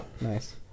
nice